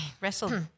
wrestled